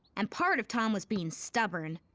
and part of tom was being stubborn.